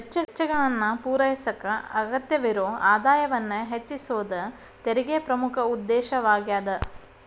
ವೆಚ್ಚಗಳನ್ನ ಪೂರೈಸಕ ಅಗತ್ಯವಿರೊ ಆದಾಯವನ್ನ ಹೆಚ್ಚಿಸೋದ ತೆರಿಗೆ ಪ್ರಮುಖ ಉದ್ದೇಶವಾಗ್ಯಾದ